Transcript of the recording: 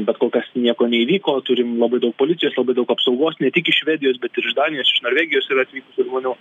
bet kol kas nieko neįvyko turim labai daug policijos labai daug apsaugos ne tik iš švedijos bet ir iš danijos iš norvegijos yra atvykusių žmonių